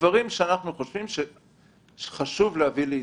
אלא דברים שחשבנו שחשוב להביא לידיעתם.